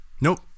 nope